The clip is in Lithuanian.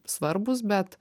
svarbūs bet